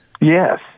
Yes